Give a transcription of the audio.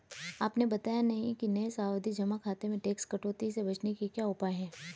आपने बताया नहीं कि नये सावधि जमा खाते में टैक्स कटौती से बचने के क्या उपाय है?